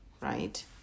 Right